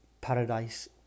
paradise